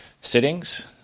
sittings